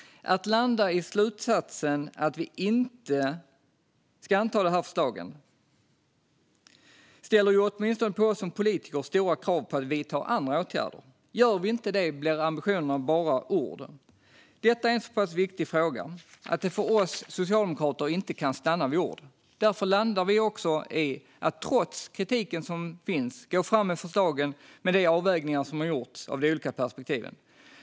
Att landa i slutsatsen att vi inte ska anta de här förslagen ställer åtminstone på oss som politiker stora krav på att vidta andra åtgärder. Gör vi inte det blir ju ambitionerna bara ord. Detta är en så pass viktig fråga att det för oss socialdemokrater inte kan stanna vid ord. Därför landar vi också i att trots kritiken som finns gå fram med förslagen med de avvägningar som gjorts av de olika perspektiven.